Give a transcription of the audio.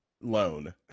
loan